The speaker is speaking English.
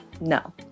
No